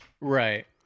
Right